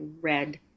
red